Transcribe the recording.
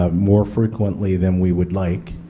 ah more frequently than we would like,